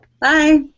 Bye